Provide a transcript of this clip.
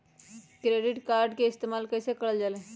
Credit card के इस्तेमाल कईसे करल जा लई?